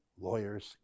lawyers